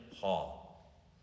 hall